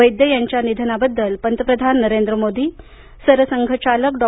वैद्य यांच्या निधनाबद्दल पंतप्रधान नरेंद्र मोदी सरसंघचालक डॉ